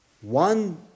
One